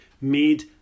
made